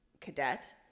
Cadet